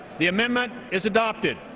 the amendment is adopted.